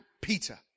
Peter